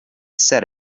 said